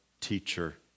teacher